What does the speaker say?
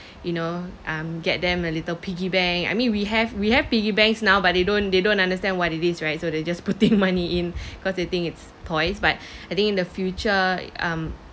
you know um get them a little piggy bank I mean we have we have piggy banks now but they don't they don't understand what it is right so they just putting money in cause they think it's toys but I think in the future um